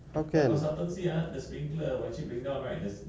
but why is she so technical ah what what what what why is she so concerned about all this